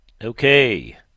Okay